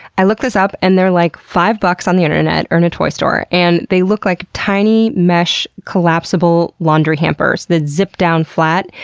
i looked this up and they're like five bucks on the internet or in a toy store, and they look like tiny mesh collapsible laundry hampers that zip down flat.